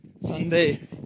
Sunday